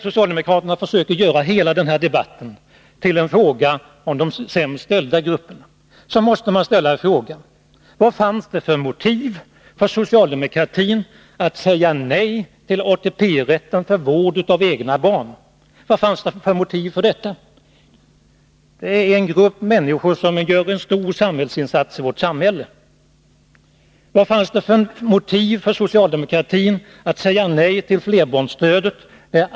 Socialdemokraterna försöker göra hela denna debatt till en fråga om de sämst ställda grupperna. Man måste då resa frågan: Vilka motiv hade socialdemokratin för att säga nej till ATP-rätten för vård av egna barn? Det gäller en grupp människor som gör en stor insats i vårt samhälle. Vad fanns det för motiv för socialdemokratin att säga nej till flerbarnsstödet?